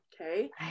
okay